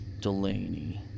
Delaney